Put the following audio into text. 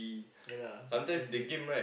yea lah it's big